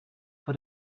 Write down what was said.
for